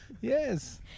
Yes